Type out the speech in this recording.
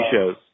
shows